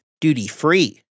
duty-free